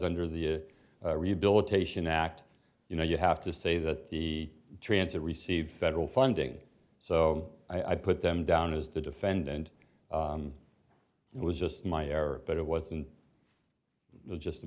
under the rehabilitation act you know you have to say that the transit received federal funding so i put them down as the defendant it was just my error but it wasn't just a